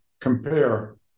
compare